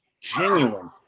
genuine